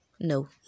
No